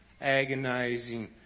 agonizing